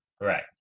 Right